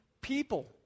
people